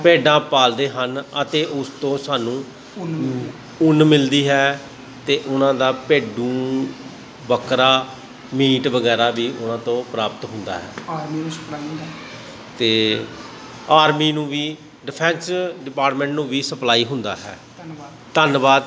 ਭੇਡਾਂ ਪਾਲਦੇ ਹਨ ਅਤੇ ਉਸ ਤੋਂ ਸਾਨੂੰ ਉੱਨ ਮਿਲਦੀ ਹੈ ਅਤੇ ਉਨ੍ਹਾਂ ਦਾ ਭੇਡੂ ਬੱਕਰਾ ਮੀਟ ਵਗੈਰਾ ਵੀ ਉਨ੍ਹਾਂ ਤੋਂ ਪ੍ਰਾਪਤ ਹੁੰਦਾ ਹੈ ਅਤੇ ਆਰਮੀ ਨੂੰ ਵੀ ਡਿਫੈਂਸ ਡਿਪਾਟਮੈਂਟ ਨੂੰ ਵੀ ਸਪਲਾਈ ਹੁੰਦਾ ਹੈ ਧੰਨਵਾਦ